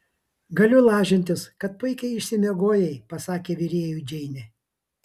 galiu lažintis kad puikiai išsimiegojai pasakė virėjui džeinė